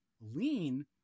lean